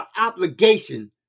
obligation